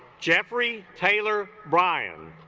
jeffrey taylor brian